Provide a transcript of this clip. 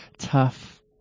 tough